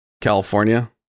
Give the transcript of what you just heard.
California